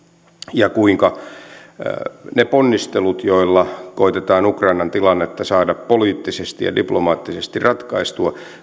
ja kuinka vaikeaan umpikujaan ne ponnistelut joilla koetetaan ukrainan tilannetta saada poliittisesti ja diplomaattisesti ratkaistua